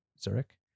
zurich